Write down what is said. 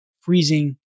freezing